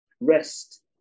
Rest